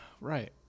Right